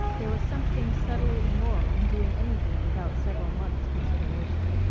there was something subtly immoral in doing anything without several months' consideration.